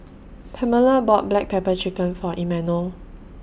Pamella bought Black Pepper Chicken For Imanol